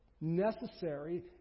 necessary